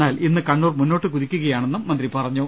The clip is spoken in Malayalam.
എന്നാൽ ഇന്ന് കണ്ണൂർ മുന്നോട്ടു കുതിക്കുകയാണെന്നും മന്ത്രി പറഞ്ഞു